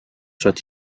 soient